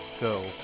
Go